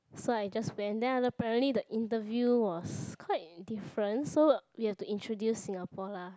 so I just went then apparently the interview was quite different so we have to introduce Singapore lah